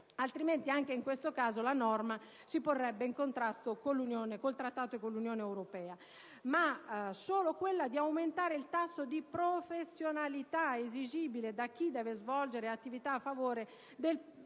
concorrenza (in questo caso la norma si porrebbe in contrasto con il Trattato e con l'Unione europea), ma solo quella di aumentare il tasso di professionalità esigibile da chi deve svolgere attività a favore del pubblico,